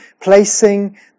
placing